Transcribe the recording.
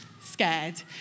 scared